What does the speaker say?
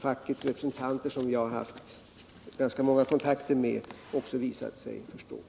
Fackets representanter, som jag har haft ganska många kontakter med, har också visat sig ha den förståelsen.